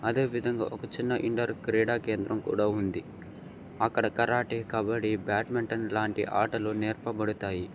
అదేవిధంగా ఒక చిన్న ఇండోర్ క్రీడా కేంద్రం కూడా ఉంది అక్కడ కరాటే కబడ్డీ బ్యాడ్మింటన్ లాంటి ఆటలు నేర్పబడతాయి